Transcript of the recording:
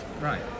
Right